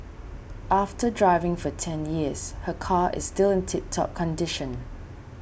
after driving for ten years her car is still in tip top condition